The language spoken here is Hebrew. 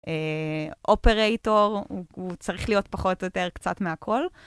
אופרטור, הוא צריך להיות פחות או יותר קצת מהכל.